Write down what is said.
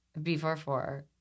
B44